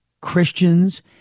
Christians